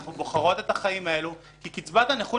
אנחנו בוחרות את החיים האלה כי קצבת הנכות